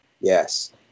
yes